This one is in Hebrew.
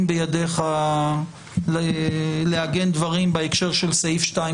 בידיך לעגן דברים בהקשר של סעיף 2,